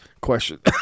question